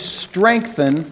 strengthen